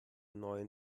neuen